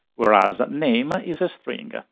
whereas name ah is a string. ah